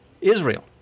Israel